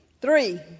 three